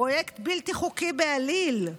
פרויקט בלתי חוקי בעליל,